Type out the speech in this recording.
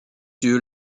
yeux